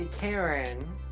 Karen